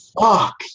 fuck